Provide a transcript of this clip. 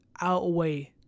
outweigh